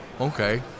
Okay